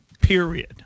period